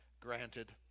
granted